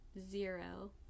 Zero